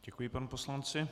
Děkuji panu poslanci.